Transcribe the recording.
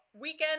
weekend